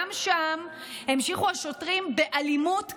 גם שם המשיכו השוטרים באלימות קשה.